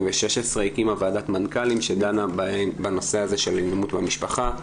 היא הקימה ועדת מנכ"לים שדנה בנושא של אלימות במשפחה.